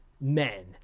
men